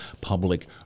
public